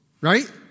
right